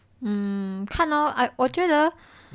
hmm 看咯我觉得